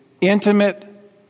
intimate